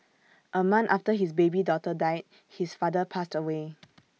A month after his baby daughter died his father passed away